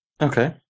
okay